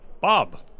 Bob